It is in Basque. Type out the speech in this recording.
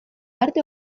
arte